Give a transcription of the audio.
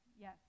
yes